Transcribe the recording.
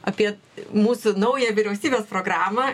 apie mūsų naują vyriausybės programą